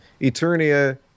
Eternia